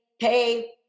pay